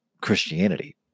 Christianity